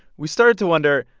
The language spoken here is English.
we started to wonder,